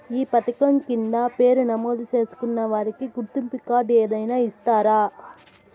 ఈ పథకం కింద పేరు నమోదు చేసుకున్న వారికి గుర్తింపు కార్డు ఏదైనా ఇస్తారా?